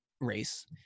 race